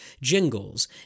jingles